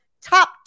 top